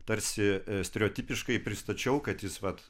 tarsi stereotipiškai pristačiau kad jis vat